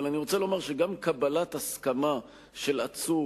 אבל אני רוצה לומר שגם קבלת הסמכה של עצור